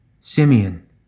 Simeon